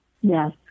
Yes